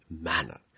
manner